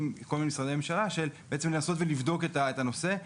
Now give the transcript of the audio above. כל מיני משרדי ממשלה כדי לבדוק את הנושא.